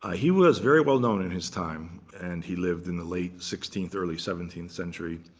ah he was very well known in his time. and he lived in the late sixteenth, early seventeenth century.